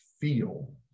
feel